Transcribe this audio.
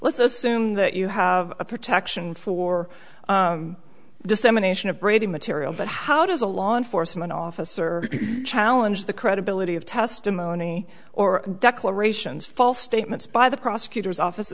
let's assume that you have protection for dissemination of brady material but how does a law enforcement officer challenge the credibility of testimony or declarations false statements by the prosecutor's office